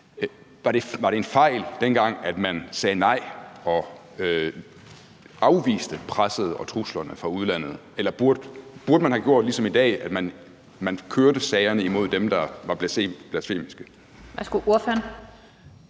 Var det en fejl dengang, at man sagde nej og afviste presset og truslerne fra udlandet, eller burde man have gjort ligesom i dag, altså at man kørte sagerne imod dem, der var blasfemiske?